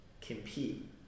compete